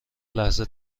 لحظه